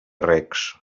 recs